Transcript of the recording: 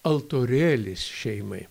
altorėlis šeimai